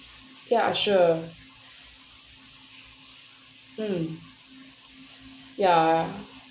ya sure mm ya